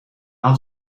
had